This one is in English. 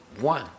one